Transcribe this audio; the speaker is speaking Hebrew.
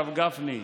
הרב גפני,